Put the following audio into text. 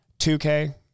2K